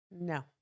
No